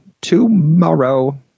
tomorrow